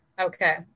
Okay